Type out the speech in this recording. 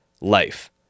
life